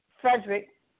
Frederick